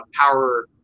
power